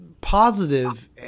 positive